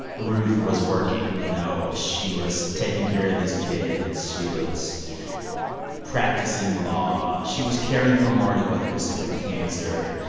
ruth was working. you know, she was taking care of these kids. she was practicing law. she was caring for marty while he was sick with cancer.